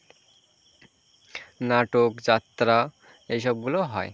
নাটক যাত্রা এই সবগুলোও হয়